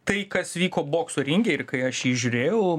tai kas vyko bokso ringe ir kai aš jį žiūrėjau